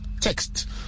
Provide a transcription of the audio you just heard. text